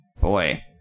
boy